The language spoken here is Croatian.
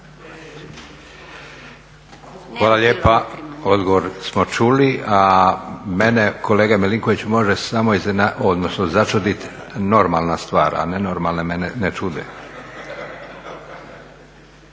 Hvala lijepa. Odgovor smo čuli. A mene kolega Milinković može samo iznenaditi, odnosno začudit normalna stvar, a nenormalne mene ne čude,